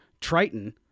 Triton